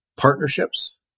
partnerships